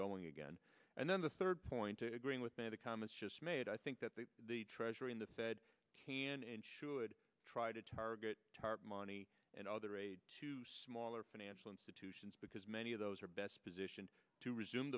going again and then the third point to agreeing with me the comments just made i think that they the treasury in the fed can and should try to target tarp money and other aid to smaller financial institutions because many of those are best positioned to resume